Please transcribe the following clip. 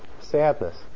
sadness